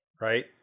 right